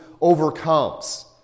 overcomes